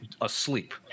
asleep